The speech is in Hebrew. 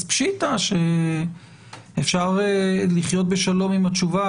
פשיטה שאפשר לחיות בשלום עם התשובה.